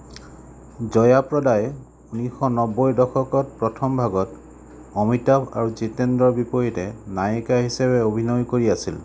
জয়া প্ৰদাই ঊনৈছশ নব্বৈৰ দশকৰ প্ৰথম ভাগত অমিতাভ আৰু জীতেন্দ্ৰৰ বিপৰীতে নায়িকা হিচাপে অভিনয় কৰি আছিল